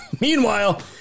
Meanwhile